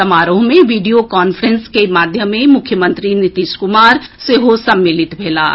समारोह मे video conference के माध्यमे मुख्यमंत्री नीतीश कुमार सेहो सम्मिलित भेलाह